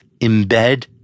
embed